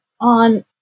on